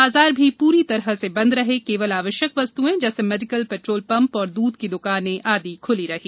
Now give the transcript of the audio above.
बाजार भी पूरी तरह बंद रहे केवल आवश्यक वस्तुएं जैसे मेडीकल पेट्रोल पम्प और दूध की दुकानें आदि खुली रहीं